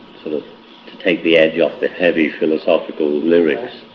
sort of take the edge off the heavy philosophical lyrics.